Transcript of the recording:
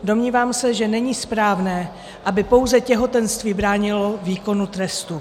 Domnívám se, že není správné, aby pouze těhotenství bránilo výkonu trestu.